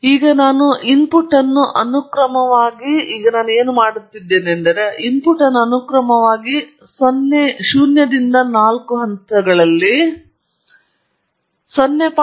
ನಾನು ಏನು ಮಾಡಲು ಹೋಗುತ್ತಿದ್ದೇನೆಂದರೆ ನಾನು ಇನ್ಪುಟ್ ಅನ್ನು ಅನುಕ್ರಮವಾಗಿ 0 ರಿಂದ 4 ಹಂತಗಳಲ್ಲಿ 0